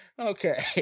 Okay